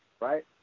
right